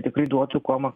tikrai duotų kuo